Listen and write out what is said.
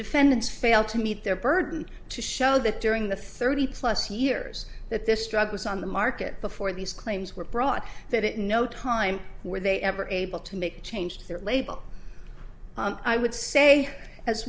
defendants fail to meet their burden to show that during the thirty plus years that this drug was on the market before these claims were brought that at no time were they ever able to make change their label i would say as